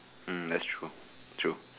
mm that's true true